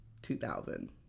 2000